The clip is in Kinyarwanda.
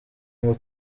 ngo